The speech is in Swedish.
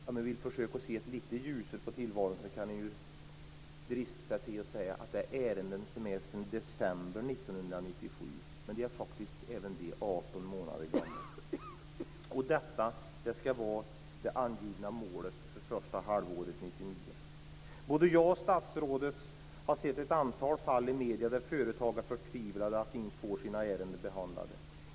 Om man vill försöka att se lite ljusare på tillvaron kan man drista sig till att säga att det är ärenden från december 1997, men de är faktiskt 18 månader gamla. Detta skall vara det angivna målet för det första halvåret 1999. Både jag och statsrådet har sett ett antal fall i medierna där företagare är förtvivlade över att det inte får sina ärenden behandlade.